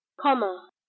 Comma